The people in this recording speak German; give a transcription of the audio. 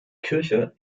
kirche